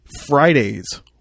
Fridays